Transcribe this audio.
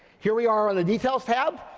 here we are on the details tab,